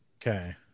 okay